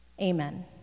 Amen